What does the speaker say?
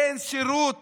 אין שירות